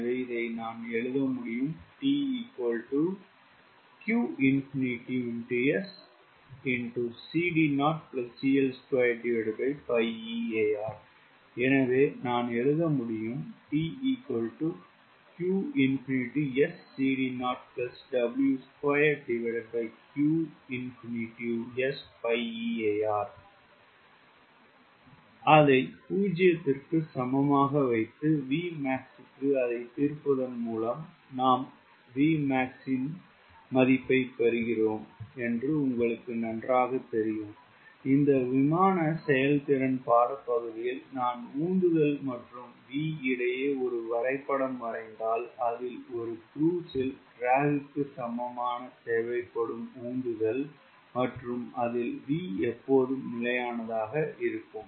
எனவே இதை நான் எழுத முடியும் எனவே நான் எழுத முடியும் எனவே நான் எழுத முடியும் Vmax க்கு அதை தீர்ப்பதன் மூலம் நாம் பெறுகிறோம் உங்களுக்கு நன்றாக தெரியும் இந்த விமான செயல்திறன் பாடப்பகுதியில் நான் உந்துதல் மற்றும் V இடையே ஒரு வரைபடம் வரைந்தால் அதில் ஒரு க்ரூஸ் இல் ட்ராக் க்கு சமமான தேவைப்படும் உந்துதல் மற்றும் அதில் V எப்போதும் நிலையானதாக இருக்கும்